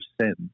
sins